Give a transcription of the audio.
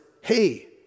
hey